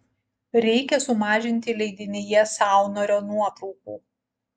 reikia sumažinti leidinyje saunorio nuotraukų